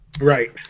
Right